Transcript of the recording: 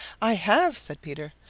i have, said peter.